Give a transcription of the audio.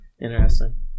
Interesting